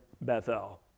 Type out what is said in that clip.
Bethel